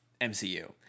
mcu